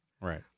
Right